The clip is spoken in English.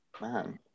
man